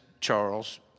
charles